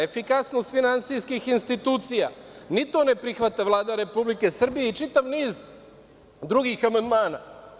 Efikasnost finansijski institucija, ni to ne prihvata Vlada Republike Srbije i čitav niz drugih amandmana.